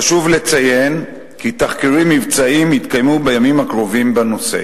חשוב לציין כי תחקירים מבצעיים יתקיימו בימים הקרובים בנושא.